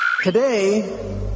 Today